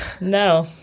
No